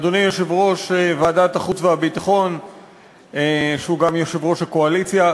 אדוני יושב-ראש ועדת החוץ והביטחון שהוא גם יושב-ראש הקואליציה,